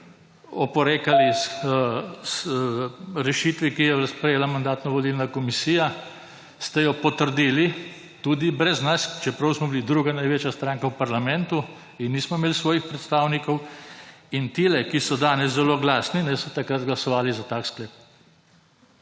oporekali rešitvi, ki jo je sprejela Mandatno-volilna komisija. Ste jo potrdili, tudi brez nas, čeprav smo bili druga največja stranka v parlamentu in nismo imeli svojih predstavnikov. In tile, ki so danes zelo glasni, so takrat glasovali za tak sklep.